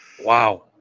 Wow